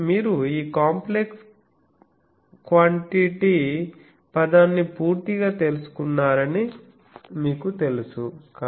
అంటే మీరు ఈ కాంప్లెక్స్ క్వాన్జీటీ పదాన్ని పూర్తిగా తెలుసుకున్నారని మీకు తెలుసు